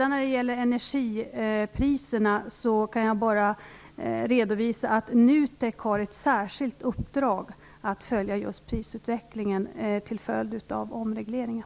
När det gäller energipriserna kan jag redovisa att NUTEK har ett särskilt uppdrag att följa prisutvecklingen till följd av omregleringen.